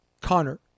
Connor